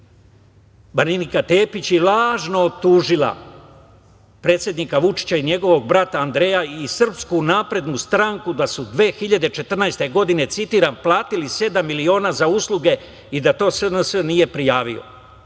Marinika Tepić, i lažno optužila predsednika Vučića i njegovog brata Andreja i Srpsku naprednu stranku da su 2014. godine, citiram – platili sedam miliona za usluge i da to SNS nije prijavio,